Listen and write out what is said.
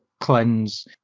cleanse